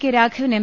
K Raghavan M